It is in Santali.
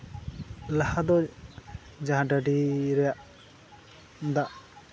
ᱞᱟᱦᱟ ᱫᱚ ᱡᱟᱦᱟᱸ ᱰᱟᱹᱰᱤ ᱨᱮᱭᱟᱜ ᱫᱟᱜ